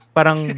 parang